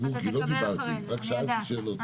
כי לא דיברתי רק שאלתי שאלות.